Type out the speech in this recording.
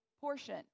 portion